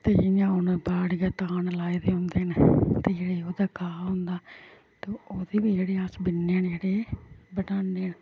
ते जियां हून बाह्र गै धान लाए दे उं'दे न ते जेह्ड़ा ओहदा घाह् होंदा ते ओह्दे बी जेह्ड़े अस बिन्ने जेह्ड़े बनान्ने न